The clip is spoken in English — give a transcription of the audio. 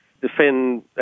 defend